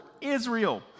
Israel